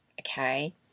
okay